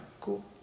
cool